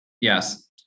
Yes